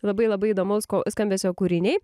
labai labai įdomaus ko skambesio kūriniai